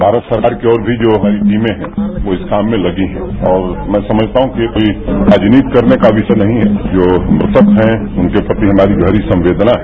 भारत सरकार की और भी जो हमारी टीमें है वह इस काम में लगी हुई है और मैं समझता हूँ कि कोई राजनीति करने का विषय नही है जो मृतक हैं उनके प्रति हमारी गहरी संवेदना हैं